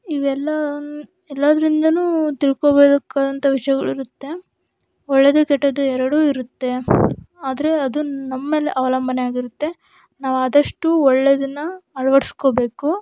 ಇವೆಲ್ಲ ಎಲ್ಲಾದ್ರಿಂದಲೂ ತಿಳ್ಕೊಬೇಕಾದಂಥ ವಿಷಯಗಳು ಇರುತ್ತೆ ಒಳ್ಳೆಯದು ಕೆಟ್ಟದ್ದು ಎರಡೂ ಇರುತ್ತೆ ಆದರೆ ಅದು ನಮ್ಮ ಮೇಲೆ ಅವಲಂಬನೆ ಆಗಿರುತ್ತೆ ನಾವು ಆದಷ್ಟು ಒಳ್ಳೆಯದನ್ನ ಅಳವಡ್ಸ್ಕೊಬೇಕು